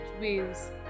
ways